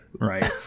right